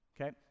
okay